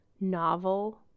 novel